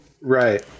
Right